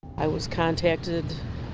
i was contacted